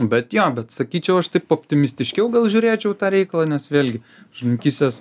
bet jo bet sakyčiau aš taip optimistiškiau gal žiūrėčiau į tą reikalą nes vėlgi žuvininkystės